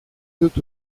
dut